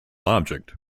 object